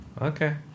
Okay